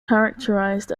characterized